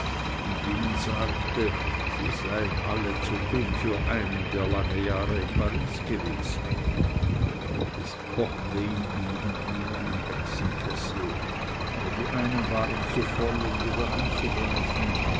und ihnen sagte sie seien alle zu dumm für einen der lange jahre in paris gewesen es kochte in ihnen wie in einem hexenkessel aber die einen waren zu voll um wieder anzugreifen